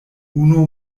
unu